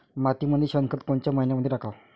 मातीमंदी शेणखत कोनच्या मइन्यामंधी टाकाव?